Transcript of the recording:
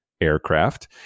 aircraft